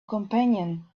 companion